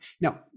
Now